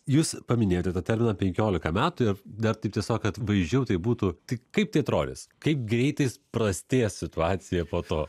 jūs paminėjote tą terminą penkiolika metų ir dar taip tiesiog kad vaizdžiau tai būtų tai kaip tai atrodys kaip greitais prastės situacija po to